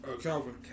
Calvin